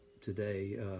today